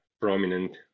prominent